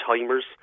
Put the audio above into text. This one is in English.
timers